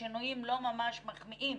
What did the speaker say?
השינויים לא ממש מחמיאים